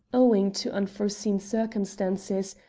owing to unforeseen circumstances,